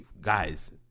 guys